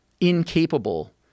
incapable